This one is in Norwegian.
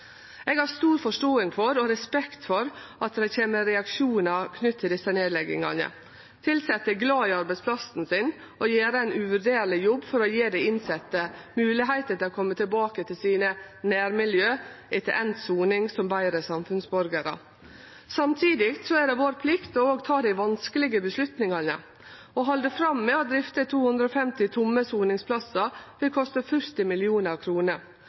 Eg har stor forståing og respekt for at det kjem reaksjonar knytte til desse nedleggingane. Tilsette er glade i arbeidsplassen sin og gjer ein uvurderleg jobb for å gje dei innsette moglegheiter til å kome tilbake til nærmiljøa sine etter endt soning som betre samfunnsborgarar. Samtidig er det vår plikt også å ta dei vanskelege avgjerdene. Å halde fram med å drifte 250 tomme soningsplassar vil koste 40